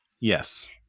Yes